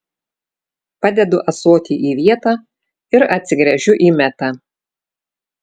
padedu ąsotį į vietą ir atsigręžiu į metą